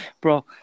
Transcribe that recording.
Bro